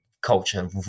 culture